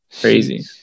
Crazy